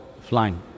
flying